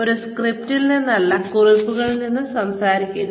ഒരു സ്ക്രിപ്റ്റിൽ നിന്നല്ല കുറിപ്പുകളിൽ നിന്ന് സംസാരിക്കുക